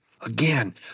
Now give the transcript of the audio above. Again